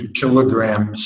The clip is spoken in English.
kilograms